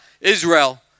Israel